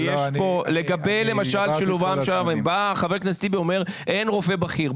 לגבי למשל שילוב חבר הכנסת טיבי אומר: אין רופאים בכירים.